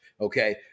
okay